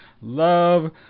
love